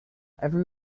every